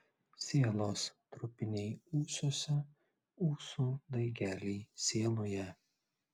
sielos trupiniai ūsuose ūsų daigeliai sieloje